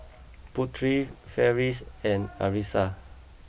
Putri Farish and Arissa